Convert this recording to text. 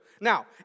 Now